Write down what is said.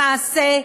למעשה,